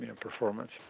performance